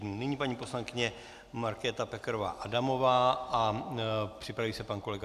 Nyní paní poslankyně Markéta Pekarová Adamová a připraví se pan kolega Dolínek.